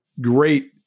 great